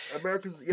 Americans